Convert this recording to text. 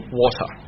water